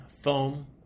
foam